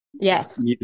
Yes